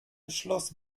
beschloss